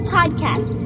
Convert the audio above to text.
Podcast